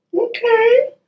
Okay